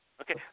Okay